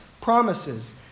promises